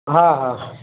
हा हा